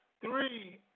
three